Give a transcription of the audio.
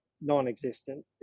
non-existent